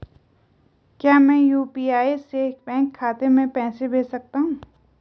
क्या मैं यु.पी.आई से बैंक खाते में पैसे भेज सकता हूँ?